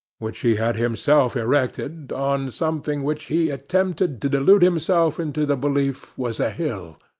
which he had himself erected, on something which he attempted to delude himself into the belief was a hill,